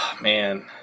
man